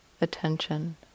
attention